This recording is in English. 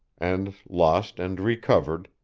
and lost and recovered,